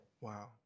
Wow